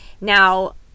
Now